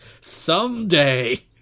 Someday